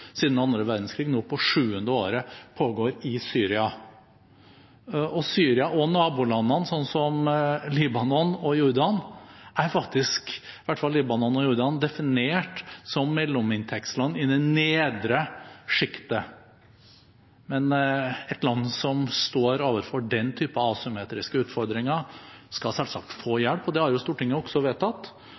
siden annen verdenskrig – som nå på sjuende året pågår i Syria. Syria og nabolandene, i hvert fall Libanon og Jordan, er faktisk definert som mellominntektsland i det nedre sjiktet. Men et land som står overfor den type asymmetriske utfordringer, skal selvsagt få hjelp. Og det har Stortinget også vedtatt.